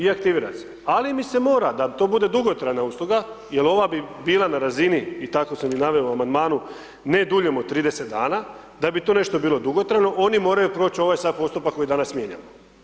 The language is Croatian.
I aktivira se, ali mi se mora, da to bude dugotrajna usluga jer ova bi bila na razini i tako sam i naveo u amandmanu ne duljem od 30 dana, da bi to nešto bilo dugotrajno, oni moraju proći ovaj sad postupak koji danas mijenjamo.